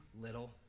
little